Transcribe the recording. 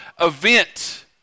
event